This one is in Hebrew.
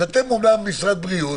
אתם אמנם אנשי משרד בריאות,